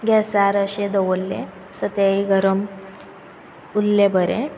ग्हेसार अशे दवरले सो तेय गरम उल्ले बरे